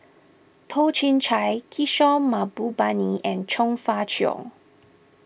Toh Chin Chye Kishore Mahbubani and Chong Fah Cheong